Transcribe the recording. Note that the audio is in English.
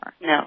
No